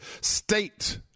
state